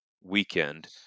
weekend